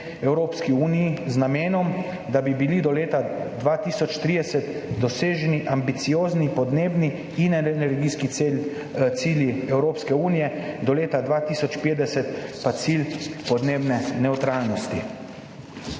Evropski uniji z namenom, da bi bili do leta 2030 doseženi ambiciozni podnebni in energijski cilji Evropske unije, do leta 2050 pa cilj podnebne nevtralnosti.